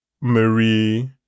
Marie